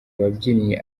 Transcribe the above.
ababyinnyi